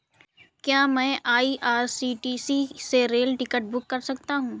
क्या मैं आई.आर.सी.टी.सी से रेल टिकट बुक कर सकता हूँ?